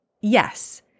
yes